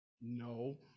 no